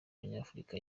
abanyafurika